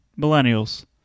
Millennials